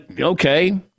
okay